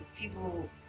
people